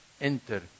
enter